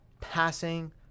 passing